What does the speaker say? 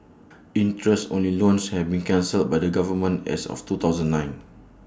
interest only loans have been cancelled by the government as of two thousand and nine